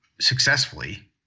successfully